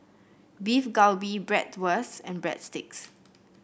Beef Galbi Bratwurst and Breadsticks